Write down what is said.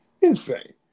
Insane